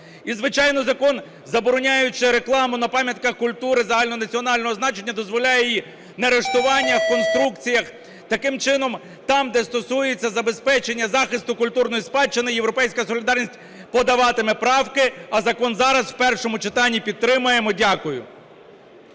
звичайно, закон забороняючи рекламу на пам'ятках культури загальнонаціонального значення, дозволяє її на риштуваннях, конструкціях. Таким чином там, де стосується забезпечення захисту культурної спадщини, "Європейська солідарність" подаватиме правки, а закон зараз в першому читанні підтримуємо. Дякую.